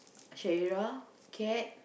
Shahira-Kat